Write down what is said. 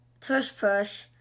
tush-push